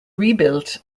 rebuilt